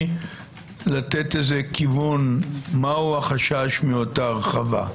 לתת איזה כיוון מהו החשש מאותה הרחבה.